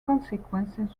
consequences